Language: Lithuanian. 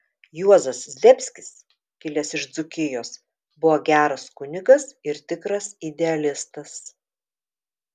juozas zdebskis kilęs iš dzūkijos buvo geras kunigas ir tikras idealistas